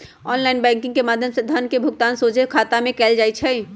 online banking के माध्यम से धन के भुगतान सोझे बैंक खता में कएल जाइ छइ